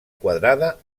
quadrada